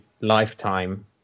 lifetime